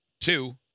two